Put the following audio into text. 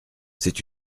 c’est